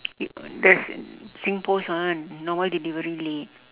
y~ the singpost one normal delivery late